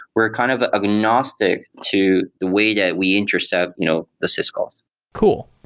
we're kind of agnostic to the way that we intercept you know the syscalls cool.